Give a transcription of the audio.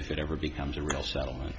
if it ever becomes a real settlement